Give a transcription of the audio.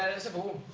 possible